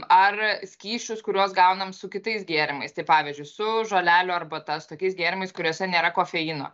ar skysčius kuriuos gaunam su kitais gėrimais tai pavyzdžiui su žolelių arbata su tokiais gėrimais kuriuose nėra kofeino